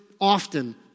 often